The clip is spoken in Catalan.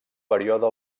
període